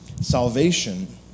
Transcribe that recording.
salvation